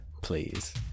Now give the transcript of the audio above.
please